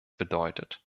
bedeutet